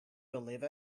believe